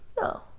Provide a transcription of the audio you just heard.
no